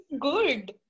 good